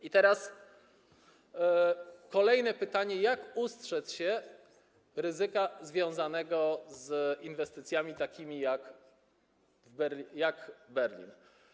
I teraz kolejne pytanie - jak ustrzec się ryzyka związanego z inwestycjami takimi jak Berlin.